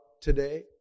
today